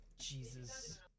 Jesus